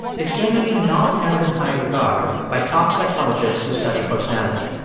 it's generally not held in high regard by top psychologists who study personality.